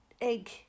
egg